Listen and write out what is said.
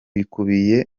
bikubiye